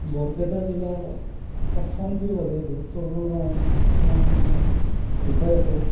বৰপেটা জিলাৰ অৰ্থনীতিৰ বাবে গুৰুত্বপূৰ্ণ কিছুমান মানে বিষয় আছে